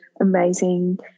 amazing